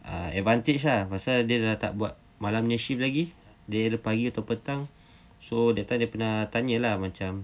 uh advantage ah pasal dia dah tak buat malam punya shift lagi dia ada pagi atau petang so that time dia pernah tanya lah macam